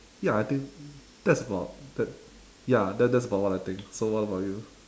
ya I think that's about that ya that that's about what I think so what about you